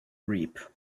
reap